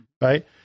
right